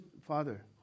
father